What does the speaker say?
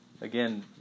Again